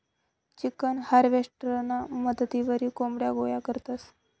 chicken हार्वेस्टरना मदतवरी कोंबड्या गोया करतंस